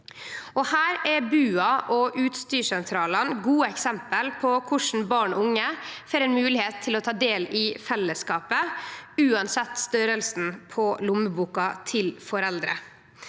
Her er BUA og utstyrssentralane gode eksempel på korleis barn og unge får moglegheit til å ta del i fellesskapet uansett størrelsen på lommeboka til foreldra.